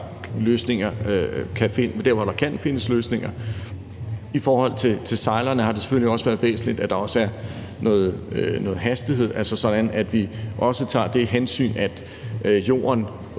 løsninger der, hvor der kan findes løsninger. I forhold til sejlerne har det selvfølgelig også været væsentligt, at der også er noget hastighed, altså sådan at vi også tager det hensyn, at jorden